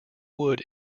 wood